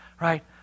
right